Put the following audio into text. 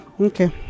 okay